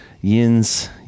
Yins